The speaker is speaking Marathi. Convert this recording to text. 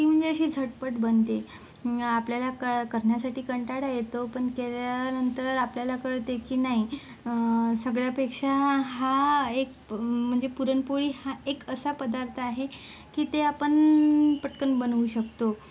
ती म्हणजे अशी झटपट बनते आपल्याला कळत करण्यासाठी कंटाळा येतो पण केल्यानंतर आपल्याला कळते की नाही सगळ्यापेक्षा हा एक म्हणजे पुरणपोळी हा एक असा पदार्थ आहे की ते आपण पटकन बनवू शकतो